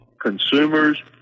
consumers